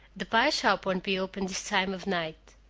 the pie-shop won't be open this time of night.